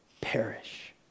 perish